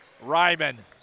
Ryman